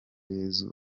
yezu